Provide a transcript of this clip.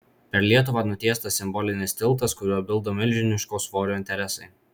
per lietuvą nutiestas simbolinis tiltas kuriuo bilda milžiniško svorio interesai